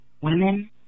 women